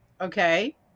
okay